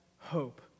hope